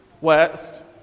west